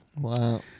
Wow